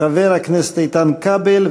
חבר הכנסת איתן כבל,